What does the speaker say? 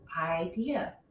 idea